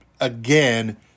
again